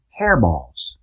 hairballs